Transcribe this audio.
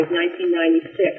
1996